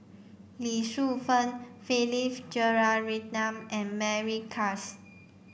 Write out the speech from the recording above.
Lee Shu Fen Philip Jeyaretnam and Mary Klass